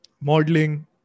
modeling